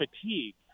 fatigue